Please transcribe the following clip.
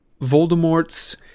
voldemort's